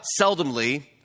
seldomly